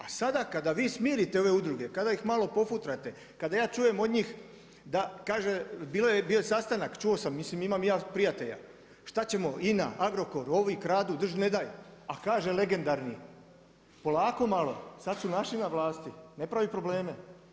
A sada kad vi smirite ove udruge, kada ih malo pofutrate, kada ja čujem od njih, da kaže bio je sastanak, čuo sam, mislim imam i ja prijatelja, šta ćemo INA, Agrokor, ovi kradu drž'-ne daj, a kaže legendarni polako malo, sad su naši na vlasti, ne pravi probleme.